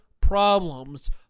problems